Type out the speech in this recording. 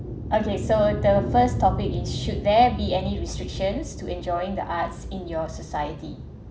okay so the first topic is should there be any restrictions to enjoying the arts in your society